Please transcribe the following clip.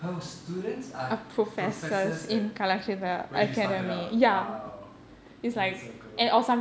her students are professors at where she started out !wow! full circle